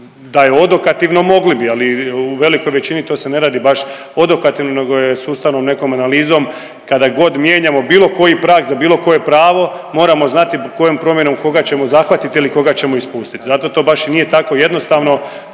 da je odokativno mogli bi, ali u velikoj većini to se ne radi baš odokativno nego je sustavnom nekom analizom kada god mijenjamo bilo koji prag za bilo koje pravo moramo znati kojom promjenom koga ćemo zahvatiti ili koga ćemo ispustiti, zato to baš i nije tako jednostavno